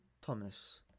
Thomas